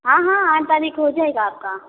हाँ हाँ आठ तारीख हो जाएगा आपका